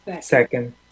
Second